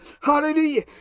Hallelujah